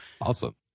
Awesome